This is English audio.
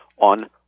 on